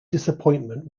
disappointment